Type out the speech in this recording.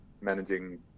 managing